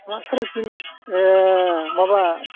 साराइ थिन ए माबा